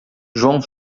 joão